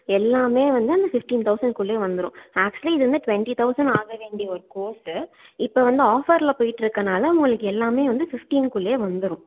எல்லாமே வந்து அந்த ஃபிஃப்டீன் தொளசண்ட்குள்ளேயே வந்துரும் ஆக்ச்சுவலி இது வந்து டுவெண்ட்டி தொளசண்ட் ஆக வேண்டிய ஒரு கோர்ஸு இப்போ வந்து ஆஃபரில் போய்கிட்டு இருக்கறதுனால உங்களுக்கு எல்லாமே வந்து ஃபிஃப்டீன் குள்ளேயே வந்துரும்